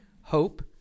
hope